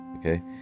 Okay